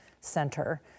center